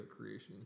creation